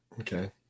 Okay